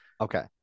Okay